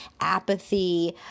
apathy